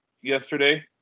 yesterday